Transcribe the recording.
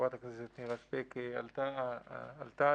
שחברת הכנסת נירה שפק עלתה עליהן.